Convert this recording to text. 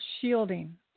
shielding